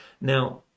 Now